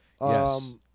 Yes